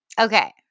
Okay